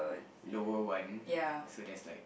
lower one so that's like